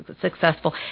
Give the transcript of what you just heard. successful